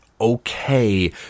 okay